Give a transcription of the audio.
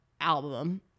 album